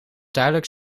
duidelijk